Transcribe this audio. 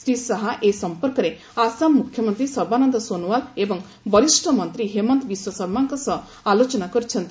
ଶ୍ରୀ ଶାହା ଏ ସମ୍ପର୍କରେ ଆସାମ ମୁଖ୍ୟମନ୍ତ୍ରୀ ସର୍ବାନନ୍ଦ ସୋନୱାଲ ଏବଂ ବରିଷ୍ଣ ମନ୍ତ୍ରୀ ହେମନ୍ତ ବିଶ୍ୱ ଶର୍ମାଙ୍କ ସହ ଆଲୋଚନା କରିଛନ୍ତି